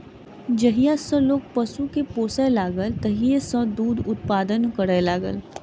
जहिया सॅ लोक पशु के पोसय लागल तहिये सॅ दूधक उत्पादन करय लागल